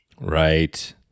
right